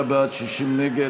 46 בעד, 60 נגד.